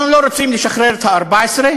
אנחנו לא רוצים לשחרר את ה-14,